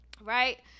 Right